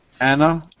Anna